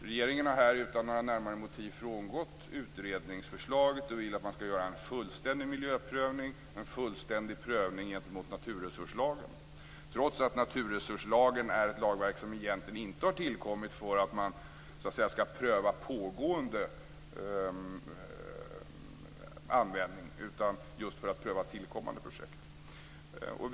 Regeringen har här utan några närmare motiv frångått utredningsförslaget och vill att man skall göra en fullständig miljöprövning och en fullständig prövning gentemot naturresurslagen, trots att naturresurslagen är ett lagverk som egentligen inte har tillkommit för att man skall pröva pågående användning, utan just för att pröva tillkommande projekt.